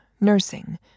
Nursing